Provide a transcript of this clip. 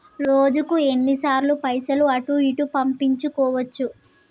రోజుకు ఎన్ని సార్లు పైసలు అటూ ఇటూ పంపించుకోవచ్చు?